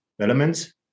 elements